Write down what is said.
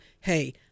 hey